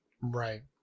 Right